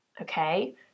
okay